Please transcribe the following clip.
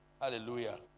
Hallelujah